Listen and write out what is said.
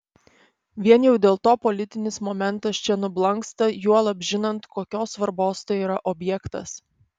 vien jau dėl to politinis momentas čia nublanksta juolab žinant kokios svarbos tai yra objektas